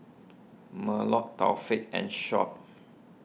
Melur Taufik and Shuib